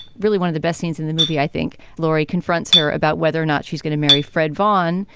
really one of the best scenes in the movie, i think laurie confronts her about whether or not she's going to marry fred vaughn,